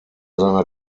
seiner